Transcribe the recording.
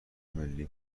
ملی